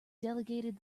delegated